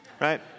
right